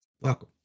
Welcome